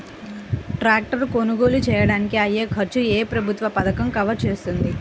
Tractor కొనుగోలు చేయడానికి అయ్యే ఖర్చును ఏ ప్రభుత్వ పథకం కవర్ చేస్తుంది?